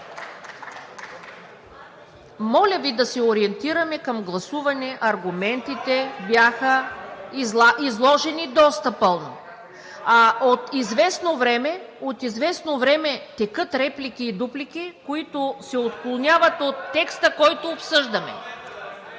Моля Ви да се ориентираме към гласуване. Аргументите бяха изложени доста... От известно време текат реплики и дуплики, които се отклоняват от текста, който обсъждаме.